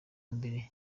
mbere